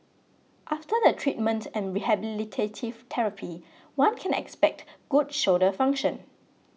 after the treatment and rehabilitative therapy one can expect good shoulder function